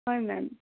হয় মেম